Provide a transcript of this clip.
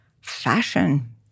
fashion